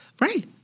Right